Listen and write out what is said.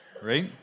right